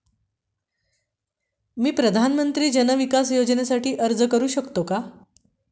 मी प्रधानमंत्री जन विकास योजनेसाठी अर्ज करू शकतो का?